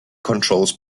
controls